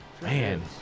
Man